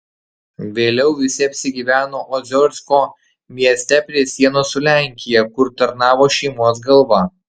vėliau visi apsigyveno oziorsko mieste prie sienos su lenkija kur tarnavo šeimos galva